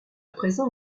présent